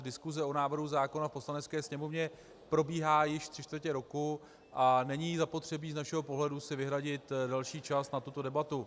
Diskuse o návrhu zákona v Poslanecké sněmovně probíhá již tři čtvrtě roku a není zapotřebí z našeho pohledu si vyhradit další čas na tuto debatu.